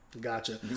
Gotcha